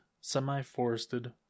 semi-forested